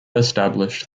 established